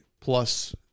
plus